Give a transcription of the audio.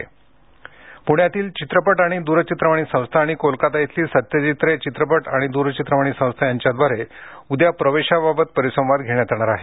परिसंवाद प्ण्यातील चित्रपट आणि द्रचित्रवाणी संस्था आणि कोलकाता इथली सत्यजित रे चित्रपट आणि द्रचित्रवाणी संस्था यांच्याद्वारे उद्या प्रवेशाबाबत परिसंवाद घेण्यात येणार आहे